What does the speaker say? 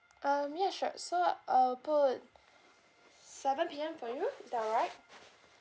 um yes sure so I'll put seven P_M for you is that all right